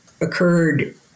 occurred